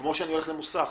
כמו שאני הולך למוסך,